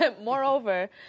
moreover